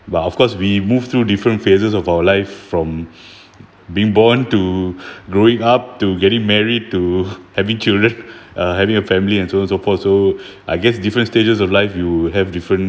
but of course we move through different phases of our life from being born to growing up to getting married to having children uh having a family and so so for so I guess different stages of life you have different